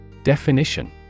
Definition